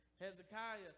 Hezekiah